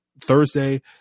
Thursday